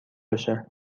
بشه